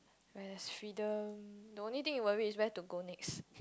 where there's freedom the only thing to worry is where to go next